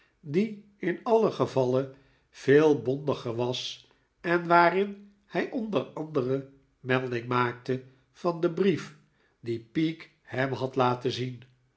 die in alien gevalle veel bondiger was en waarin hij onder anderen melding maakte van den brief dien peake hem had laten zien